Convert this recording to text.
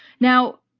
now,